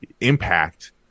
Impact